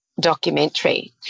documentary